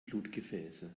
blutgefäße